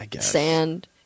sand